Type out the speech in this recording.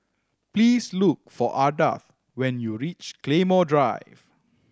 please look for Ardath when you reach Claymore Drive